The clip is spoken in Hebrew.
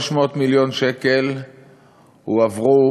300 מיליון שקל הועברו